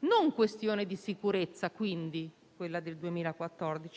una questione di sicurezza, ma di